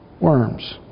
worms